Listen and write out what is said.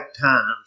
times